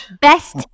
Best